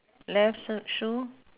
left s~ shoe